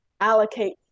allocate